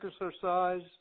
exercise